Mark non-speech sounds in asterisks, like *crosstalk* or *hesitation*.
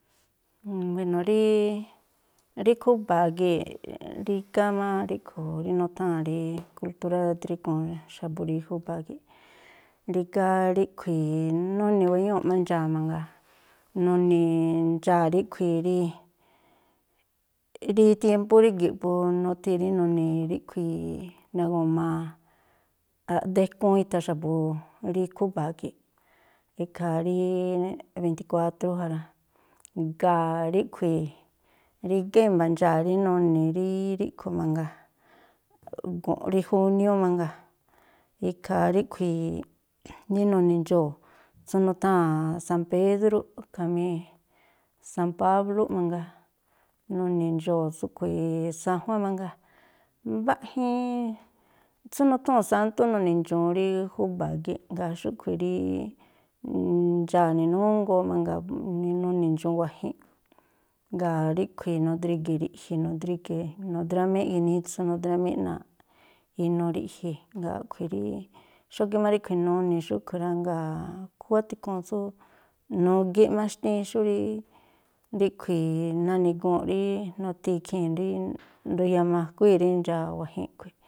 *hesitation* buéno̱ rí rí khúba̱a̱ gii̱ꞌ, rígá má ríꞌkhui̱ o̱ rí nutháa̱n rí kultúrá drígu̱un xa̱bu̱ rí júba̱a gii̱ꞌ. Rígá ríꞌkhui̱ nuni̱ wéñúu̱ꞌ má ndxaa̱ mangaa, nuni ndxaa̱ ríꞌkhui̱ rí rí tiémpú rígi̱ꞌ po nuthii̱ rí nuni̱ ríꞌkhui̱ nagu̱maa aꞌdékúún itha xa̱bu̱ rí khúba̱a gii̱ꞌ. Ikhaa rí bentikuátrú ja rá. Ngáa̱ ríꞌkhui̱ rígá i̱mba̱ ndxaa̱ rí nuni̱ rí ríꞌkhui̱ mangaa, gu̱nꞌ rí júniú mangaa, ikhaa ríꞌkhui̱ rí nuni̱ ndxoo̱ tsú nutháa̱n san pédrúꞌ khamí san páblúꞌ mangaa, nuni̱ ndxoo̱ tsúꞌkhui̱, san juán mangaa, mbaꞌjiin tsú nuthúu̱n sántú nuni̱ ndxu̱un rí júba̱a gii̱ꞌ, jngáa̱ xúꞌkhui̱ rí *hesitation* ndxaa̱ ninúngoo mangaa, nuni̱ ndxu̱un wa̱jinꞌ, ngáa̱ ríꞌkhui̱ nudrige̱ ri̱ꞌji̱ nudrige̱, nudrámíꞌ ginitsu nudrámíꞌ náa̱ꞌ inuu ri̱ꞌji̱, jngáa̱ a̱ꞌkhui̱ rí xógíꞌ má ríꞌkhui̱ nuni̱ xúꞌkhui̱ rá, jngáa̱ khúwá tikhuun tsú nugíꞌ má xtíín xú rí ríꞌkhui̱ nani̱guu̱nꞌ rí nuthi ikhii̱n rí nduyamakuíi̱ rí ndxaa̱ wa̱jinꞌ a̱ꞌkhui̱.